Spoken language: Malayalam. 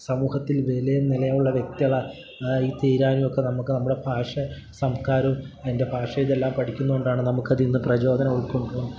സമൂഹത്തിൽ വിലയും നിലയുമുള്ള വ്യക്തികളാ യി തീരാനുമൊക്കെ നമുക്ക് നമ്മുടെ ഭാഷ സംസ്കാരവും അതിൻ്റെ ഭാഷ ഇതെല്ലാം പഠിക്കുന്നതുകൊണ്ടാണ് നമുക്കത്തിൽനിന്ന് പ്രചോദനം ഉൾക്കൊണ്ട്